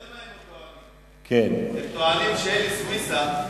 אתה יודע מה הם טוענים, הם טוענים שאלי סויסה,